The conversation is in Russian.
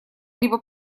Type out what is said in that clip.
либо